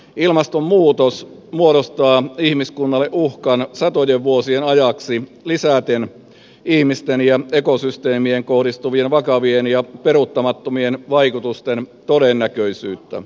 ilmastonmuutos muodostaa ihmiskunnalle uhkan satojen vuosien ajaksi lisäten ihmisiin ja ekosysteemeihin kohdistuvien vakavien ja peruuttamatto mien vaikutusten todennäköisyyttä